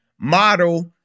model